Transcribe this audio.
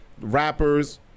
rappers